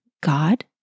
God